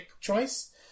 choice